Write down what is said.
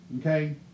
Okay